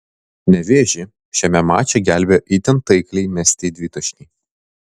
nevėžį šiame mače gelbėjo itin taikliai mesti dvitaškiai